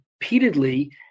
repeatedly